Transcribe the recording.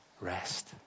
Rest